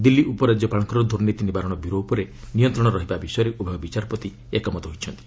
ଦିଲ୍ଲୀ ଉପରାଜ୍ୟପାଳଙ୍କର ଦୁର୍ନୀତି ନିବାରଣ ବ୍ୟରୋ ଉପରେ ନିୟନ୍ତ୍ରଣ ରହିବା ବିଷୟରେ ଉଭୟ ବିଚାରପତି ଏକମତ ହୋଇଛନ୍ତି